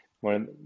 One